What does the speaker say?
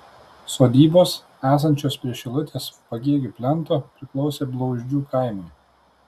sodybos esančios prie šilutės pagėgių plento priklausė blauzdžių kaimui